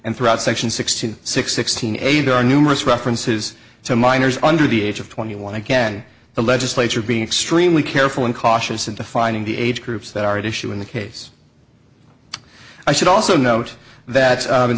and throughout section sixteen six sixteen a there are numerous references to minors under the age of twenty one again the legislature being extremely careful and cautious in defining the age groups that are at issue in the case i should also note that